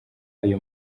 ayo